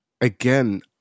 again